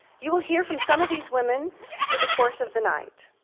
you will hear from some of these women through the course of the night.